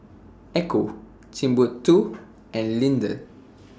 Ecco Timbuk two and Lindt